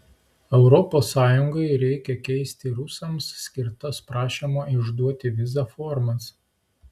europos sąjungai reikia keisti rusams skirtas prašymo išduoti vizą formas